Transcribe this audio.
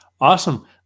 Awesome